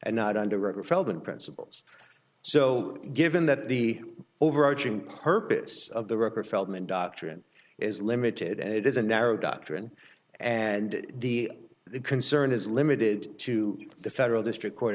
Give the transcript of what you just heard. and not under record feldmann principles so given that the overarching purpose of the record feldman doctrine is limited it is a narrow doctrine and the concern is limited to the federal district co